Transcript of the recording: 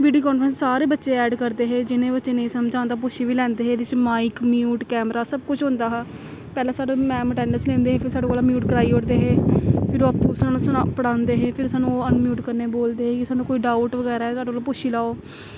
video conference सारे बच्चे add करदे हे जि'नें बच्चें नेईं समझ औंदा पुच्छी बी लैंदे हे जिस बिच्च माईक म्यूट कैमरा सब किश होंदा हा पैह्लें साड्डा मैंम अटैंडैंस लैंदे हे फ्ही साढ़े कोला म्यूट कराई ओड़दे हे फिर ओह् आपूं सानूं पढ़ांदे हे फिर ओह् सानूं अनम्यूट करने बोलदे हे सानूं कोई डाऊट बगैरा साढ़े कोला पुच्छी लैओ